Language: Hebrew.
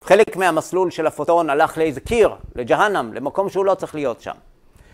חלק מהמסלול של הפוטון הלך לאיזה קיר, לג'הנאם, למקום שהוא לא צריך להיות שם